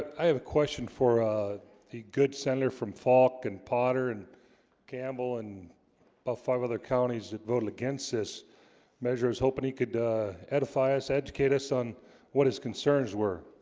i have a question for a the good senator from falk and potter and gamble and about but five other counties that voted against this measures hoping he could edify us educate us on what his concerns were